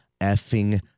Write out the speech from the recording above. effing